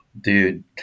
dude